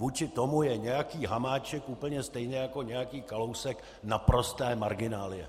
Vůči tomu je nějaký Hamáček, úplně stejně jako nějaký Kalousek, naprostá marginálie.